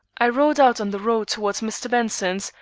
i rode out on the road toward mr. benson's,